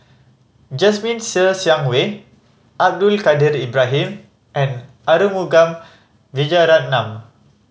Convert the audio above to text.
Jasmine Ser Xiang Wei Abdul Kadir Ibrahim and Arumugam Vijiaratnam